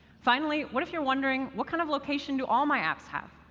finally, what if you're wondering, what kind of location do all my apps have?